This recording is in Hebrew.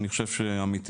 אני חושב שעמיתי